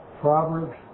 Proverbs